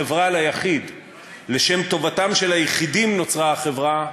החברה ליחיד"; "לשם טובתם של היחידים נוצרה החברה,